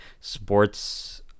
sports